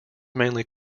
mainly